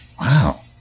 Wow